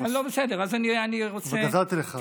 גזלתי לך.